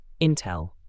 Intel